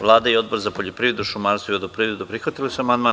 Vlada i Odbor za poljoprivredu, šumarstvo i vodoprivredu su prihvatili amandman.